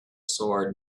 sword